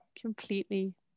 completely